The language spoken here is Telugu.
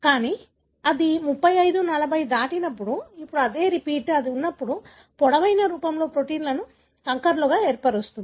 కానీ అది 35 40 దాటినప్పుడు ఇప్పుడు అదే రిపీట్ అది ఉన్నప్పుడు పొడవైన రూపంలో ప్రోటీన్లను కంకరలుగా ఏర్పరుస్తుంది